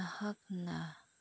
ꯅꯍꯥꯛꯅ